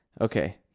Okay